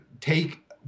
take